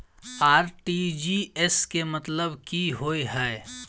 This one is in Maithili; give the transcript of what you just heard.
आर.टी.जी.एस केँ मतलब की होइ हय?